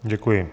Děkuji.